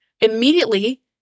Immediately